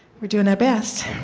doing our best.